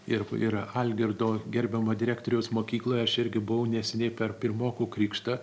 ir yra algirdo gerbiamo direktoriaus mokykloje aš irgi buvau neseniai per pirmokų krikštą